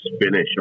finish